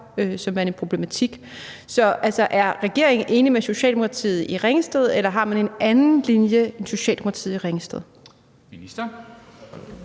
som værende en problematik. Så altså, er regeringen enig med Socialdemokratiet i Ringsted, eller har man en anden linje end Socialdemokratiet i Ringsted? Kl.